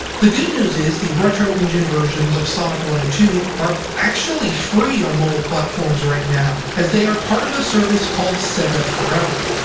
the good news is, the retro engine versions of sonic one and two are actually free on mobile platforms right now, as they are now part of a service called sega forever.